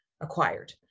acquired